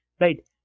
Right